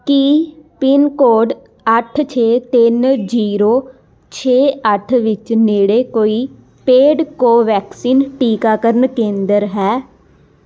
ਕੀ pin code ਅੱਠ ਛੇ ਤਿੰਨ ਜੀਰੋ ਛੇ ਅੱਠ ਵਿੱਚ ਨੇੜੇ ਕੋਈ ਪੇਡ ਕੋਵੈਕਸਿਨ ਟੀਕਾਕਰਨ ਕੇਂਦਰ ਹੈ